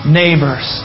neighbors